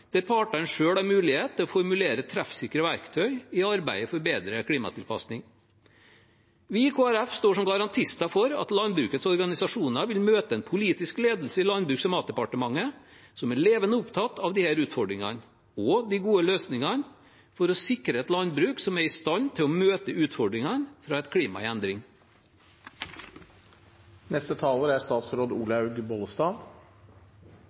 der partene selv har mulighet til å formulere treffsikre verktøy i arbeidet for bedre klimatilpasning. Vi i Kristelig Folkeparti står som garantister for at landbrukets organisasjoner vil møte en politisk ledelse i Landbruks- og matdepartementet som er levende opptatt av disse utfordringene og de gode løsningene for å sikre et landbruk som er i stand til møte utfordringene fra et klima i endring. Jeg har innledningsvis lyst til å si at dette er